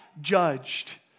judged